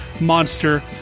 monster